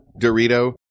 Dorito